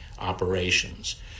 operations